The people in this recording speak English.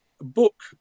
book